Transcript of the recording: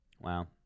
Wow